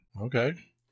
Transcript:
Okay